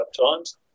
times